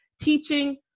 teaching